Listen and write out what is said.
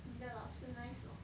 你的老师 nice not